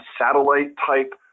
satellite-type